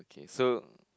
okay so